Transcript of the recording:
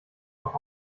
noch